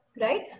right